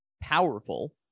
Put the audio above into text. powerful